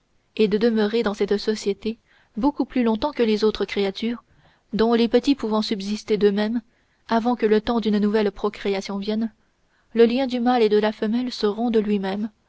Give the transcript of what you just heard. et de demeurer dans cette société beaucoup plus longtemps que les autres créatures dont les petits pouvant subsister d'eux-mêmes avant que le temps d'une nouvelle procréation vienne le lien du mâle et de la femelle se rompt de lui-même